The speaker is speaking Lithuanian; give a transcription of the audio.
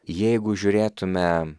jeigu žiūrėtume